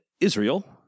Israel